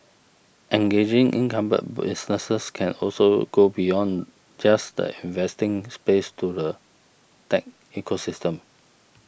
engaging incumbent businesses can also go beyond just the investing space to the tech ecosystem